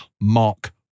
Mark